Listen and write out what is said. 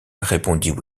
répondit